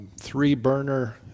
three-burner